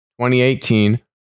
2018